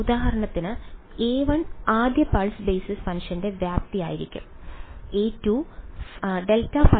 ഉദാഹരണത്തിന് a1 ആദ്യ pulse basis ഫംഗ്ഷന്റെ വ്യാപ്തി ആയിരിക്കും a2 ∇ϕ